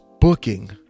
booking